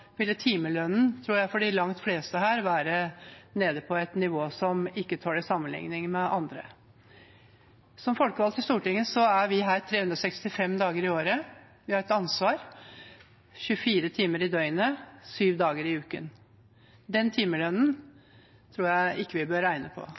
ville timelønnen for de langt fleste her være på et nivå som ikke tåler sammenligning med andre. Som folkevalgte i Stortinget er vi her 365 dager i året. Vi har et ansvar 24 timer i døgnet 7 dager i uken. Den timelønnen